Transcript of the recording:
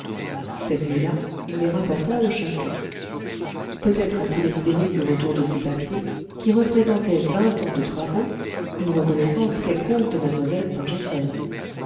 cette nuit-là il les rapporta au château peut-être a-t-il espéré du retour de ces papiers qui représentaient vingt ans de travaux une reconnaissance quelconque de